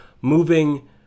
moving